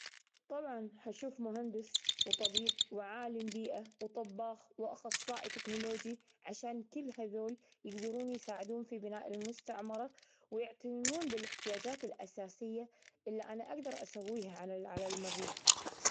طبعا حشوف مهندس وطبيب وعالم بيئة وطباخ وأخصائي تكنولوجي، عشان كل هذول يقدرون يساعدون في بناء المستعمرة ويعتنينون بالإحتياجات الأساسية اللي أنا أقدر أسويها على-على المريخ.